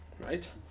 Right